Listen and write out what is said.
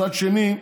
מצד שני,